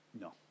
No